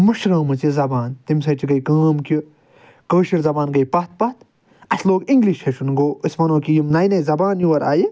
مشرٲومٕژ یہِ زبان تمہِ سۭتۍ گٔے کٲم کہِ کٲشر زبان گٔے پتھ پتھ اسہِ لوگ انگلِش ہٮ۪چھُن گوو أسۍ ونو کہِ یِم نٔے نٔے زبان یور آے